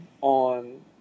on